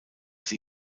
sie